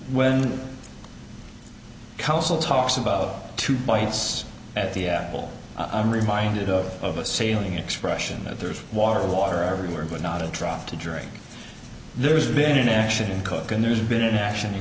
when counsel talks about two bites at the apple i'm reminded of of assailing expression that there's water water everywhere but not a drop to drink there's been an action in cook and there's been a nation